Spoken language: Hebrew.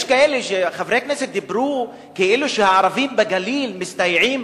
חברי כנסת דיברו כאילו שהערבים בגליל מסתייעים